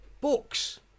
books